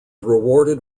rewarded